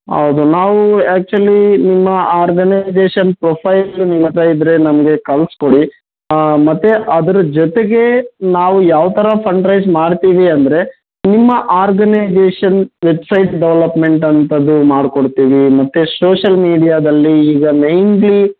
ಹೌದು ನಾವು ಆ್ಯಕ್ಚುಲೀ ನಿಮ್ಮ ಆರ್ಗನೈಜೇಷನ್ ಪ್ರೊಫೈಲು ನಿಮ್ಮ ಹತ್ರ ಇದ್ದರೆ ನಮಗೆ ಕಳಿಸ್ಕೊಡಿ ಮತ್ತು ಅದ್ರ ಜೊತೆಗೇ ನಾವು ಯಾವ ಥರ ಫಂಡ್ ರೈಸ್ ಮಾಡ್ತೀವಿ ಅಂದರೆ ನಿಮ್ಮ ಆರ್ಗನೈಜೇಷನ್ ವೆಬ್ಸೈಟ್ ಡೆವಲಪ್ಮೆಂಟ್ ಅಂಥದ್ದು ಮಾಡ್ಕೊಡ್ತೀವಿ ಮತ್ತು ಸೋಶಲ್ ಮೀಡ್ಯಾದಲ್ಲಿ ಈಗ ಮೇಯ್ನ್ಲಿ